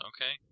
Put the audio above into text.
Okay